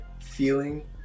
feeling